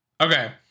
Okay